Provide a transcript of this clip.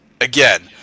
again